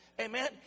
Amen